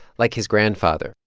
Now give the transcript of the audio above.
like his grandfather,